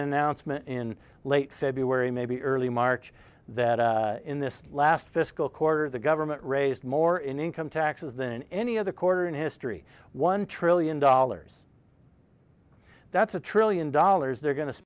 announcement in late february maybe early march that in this last fiscal quarter the government raised more in income taxes than any other quarter in history one trillion dollars that's a trillion dollars they're go